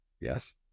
Yes